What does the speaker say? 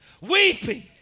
Weeping